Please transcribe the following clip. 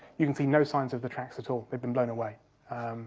you can see no signs of the tracks at all, they've been blown away.